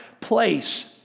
place